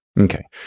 Okay